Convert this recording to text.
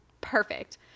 Perfect